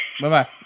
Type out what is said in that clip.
Bye-bye